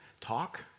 talk